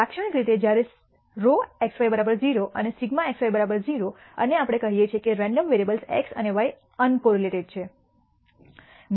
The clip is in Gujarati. લાક્ષણિક રીતે જ્યારે σxy 0 ρxy 0 અને આપણે કહીએ છીએ કે રેન્ડમ વેરીએબ્લસ x અને y અનકોરિલેટેડ છે